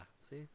See